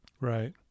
Right